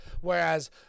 Whereas